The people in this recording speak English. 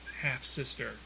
half-sister